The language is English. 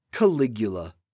Caligula